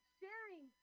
sharing